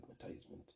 advertisement